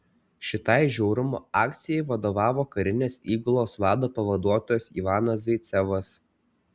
šitai žiaurumo akcijai vadovavo karinės įgulos vado pavaduotojas ivanas zaicevas